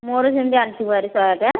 ମୋର ସେମିତି ଅଣିଥିବୁ ଆହୁରି ଶହେଆଠ